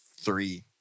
three